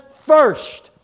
first